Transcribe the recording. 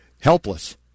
Helpless